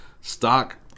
stock